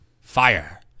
fire